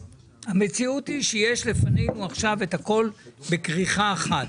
המציאות היא שיש לפנינו עכשיו את הכול בכריכה אחת,